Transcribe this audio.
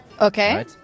Okay